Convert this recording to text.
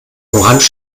orange